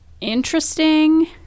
interesting